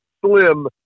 slim